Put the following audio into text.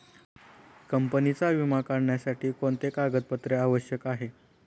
कंपनीचा विमा काढण्यासाठी कोणते कागदपत्रे आवश्यक आहे?